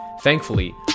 Thankfully